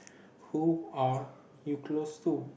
who are you close to